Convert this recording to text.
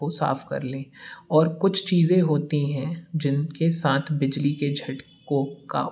को साफ कर लें और कुछ चीज़ें होती हैं जिनके साथ बिजली के झटकों का